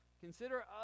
consider